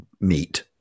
meet